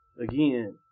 again